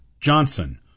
Johnson